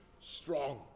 strong